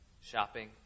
shopping